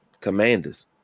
Commanders